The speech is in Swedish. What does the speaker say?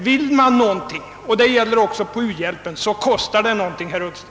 Vill man någonting — och det gäller också i fråga om u-hjälpen — så kostar det någonting, herr Ullsten.